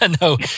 No